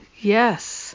yes